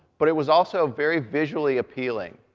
but it was also very visually appealing,